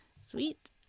sweet